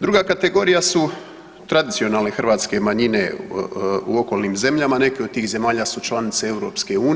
Druga kategorija su tradicionalne hrvatske manjine u okolnim zemljama, neke od tih zemalja su članice EU,